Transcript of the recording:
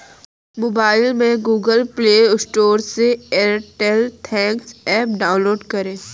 mobile में Google play store से Airtel thanks app download करें